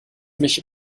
mich